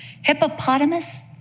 Hippopotamus